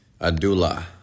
Adula